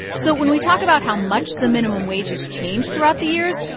so when we talk about how much the minimum wage has changed throughout the years,